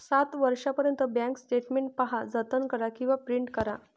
सात वर्षांपर्यंत bank statement पहा, जतन करा किंवा प्रिंट करा